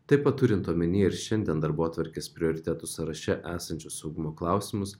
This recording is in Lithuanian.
taip pat turint omeny ir šiandien darbotvarkės prioritetų sąraše esančius saugumo klausimus